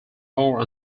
more